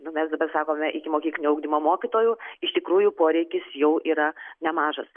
nu mes sakome ikimokyklinio ugdymo mokytojų iš tikrųjų poreikis jau yra nemažas